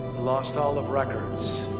lost hall of records.